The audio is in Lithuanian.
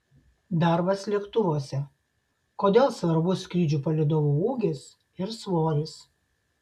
darbas lėktuvuose kodėl svarbus skrydžių palydovų ūgis ir svoris